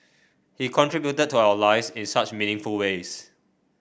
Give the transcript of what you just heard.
he contributed to our lives in such meaningful ways